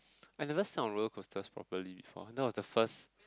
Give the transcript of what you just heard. I never saw a roller coaster probably before that was the first